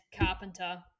Carpenter